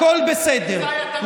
הכול בסדר.